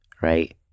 right